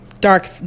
Dark